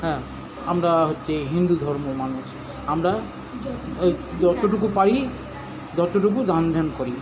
হ্যাঁ আমরা হচ্ছে হিন্দু ধর্ম মানুষ আমরা ও যতটুকু পারি ততটুকু দান ধ্যান করি